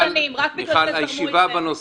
כי הייתם מסוכנים, רק בגלל זה הם זרמו אתכם.